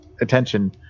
attention